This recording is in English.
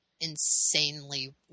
insanely